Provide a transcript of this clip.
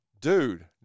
dude